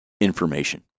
information